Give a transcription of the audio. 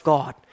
God